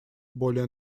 более